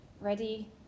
ready